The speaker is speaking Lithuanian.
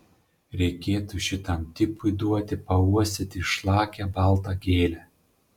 reikėtų šitam tipui duoti pauostyti išlakią baltą gėlę